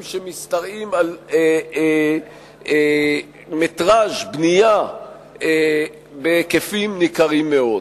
שמשתרעים על מטרז' בנייה בהיקפים ניכרים מאוד.